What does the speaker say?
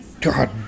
God